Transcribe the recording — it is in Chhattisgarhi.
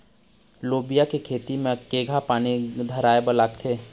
लोबिया के खेती म केघा पानी धराएबर लागथे?